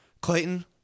Clayton